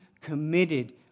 committed